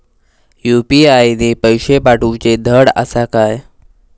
UPI ने पैशे पाठवूचे धड आसा काय?